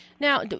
Now